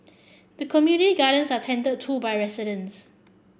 the community gardens are tended to by residents